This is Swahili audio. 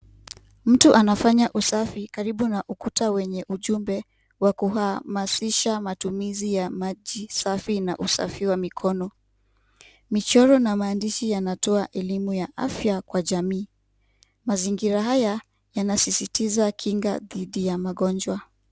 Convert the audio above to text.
Mtu anafanya usafi karibu na ukuta wenye ujumbe wa kuhamasisha matumizi ya maji safi na usafi wa mikono. Michoro na maandishi yanatoa elimu ya afya kwa jamii. Mazingira haya yanasisitiza kinga dhidi ya magonjwa.